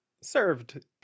served